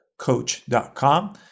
coach.com